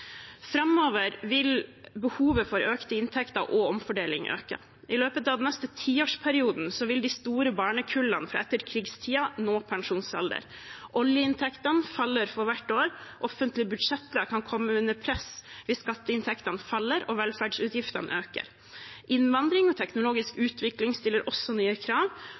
Framover vil behovet for økte inntekter og omfordeling øke. I løpet av den neste tiårsperioden vil de store barnekullene fra etterkrigstiden nå pensjonsalder. Oljeinntektene faller for hvert år. Offentlige budsjetter kan komme under press hvis skatteinntektene faller og velferdsutgiftene øker. Innvandring og teknologisk utvikling stiller også nye krav.